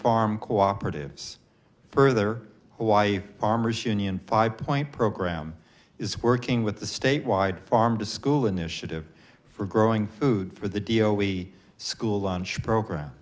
farm cooperatives further why farmers union five point program is working with the state wide farm to school initiative for growing food for the dio we school lunch program